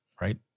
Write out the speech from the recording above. right